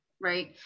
right